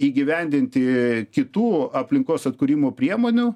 įgyvendinti kitų aplinkos atkūrimo priemonių